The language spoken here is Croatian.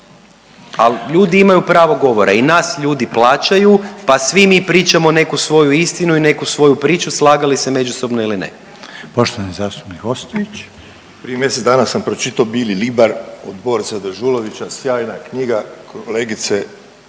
al ljudi imaju pravo govora i nas ljudi plaćaju, pa svi mi pričamo neku svoju istinu i neku svoju priču slagali se međusobno ili ne. **Reiner, Željko (HDZ)** Poštovani zastupnik Ostojić. **Ostojić, Rajko (Nezavisni)** Prije mjesec dana sam pročitao „Bili libar“ od Borisa Dežulovića, sjajna knjiga, kolegice